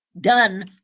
done